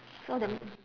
so that m~